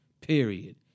Period